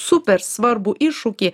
super svarbų iššūkį